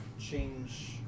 change